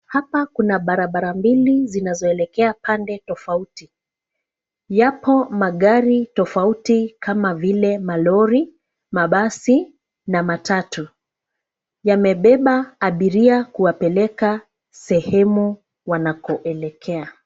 Hapa kuna barabara mbili zinazoelekea pande tofauti. Yapo magari tofauti kama vile malori, mabasi na matatu. Yamebeba abiria kuwapeleka sehemu wanakoelekea.